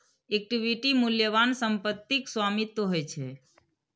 equity मूल्यवान संपत्तिक स्वामित्व होइ छै